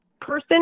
person